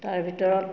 তাৰ ভিতৰত